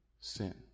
sin